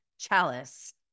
Chalice